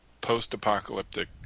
post-apocalyptic